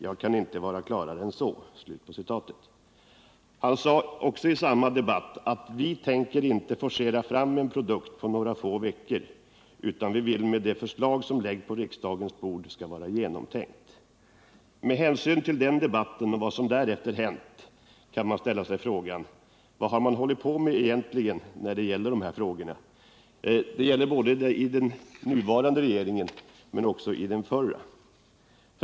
Jag kan inte vara klarare än så.” Han sade också i samma debatt: ”Vi tänker inte forcera fram en produkt på några få veckor, utan vi vill att det förslag som läggs på riksdagens bord skall vara genomtänkt.” Med hänsyn till den debatten och vad som därefter hänt kan man ställa sig frågan: Vad har man hållit på med egentligen i de här frågorna? Det gäller den nuvarande regeringen men också den förra.